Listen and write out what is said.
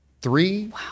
Three